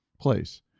place